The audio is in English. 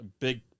big